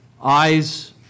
eyes